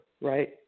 right